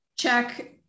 Check